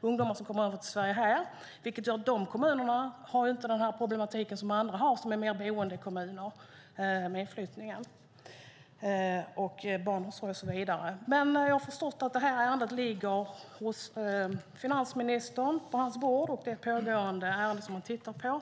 ungdomar som kommer över till Sverige. Dessa kommuner har inte samma problematik med inflyttningen som andra kommuner som är boendekommuner har när det gäller barnomsorg och så vidare. Jag har förstått att ärendet ligger på finansministerns bord och att det är ett pågående ärende som han tittar på.